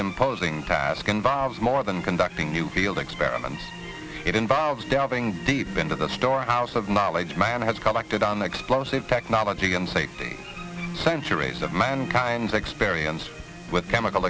imposing task involves more than conducting new field experiments it involves delving deep into the store hours of knowledge man has contacted on the explosive technology and safety centuries of mankind's experience with chemical